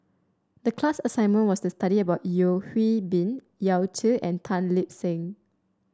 the class assignment was to study about Yeo Hwee Bin Yao Zi and Tan Lip Seng